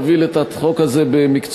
הוביל את החוק הזה במקצועיות,